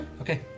Okay